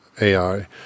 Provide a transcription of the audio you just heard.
ai